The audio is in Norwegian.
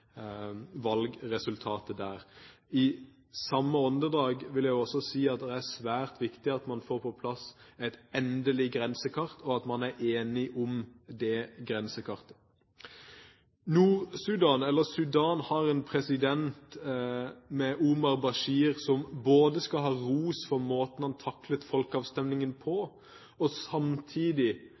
valgresultatet der. I samme åndedrag vil jeg også si at det er svært viktig at man får på plass et endelig grensekart, og at man er enig om det grensekartet. Sudan har en president, Omar al-Bashir, som skal ha ros for måten han taklet folkeavstemningen på, og som samtidig